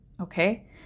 okay